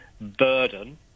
Burden